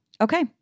Okay